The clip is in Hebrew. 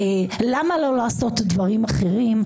למה לא לעשות דברים אחרים?